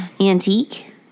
Antique